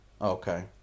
Okay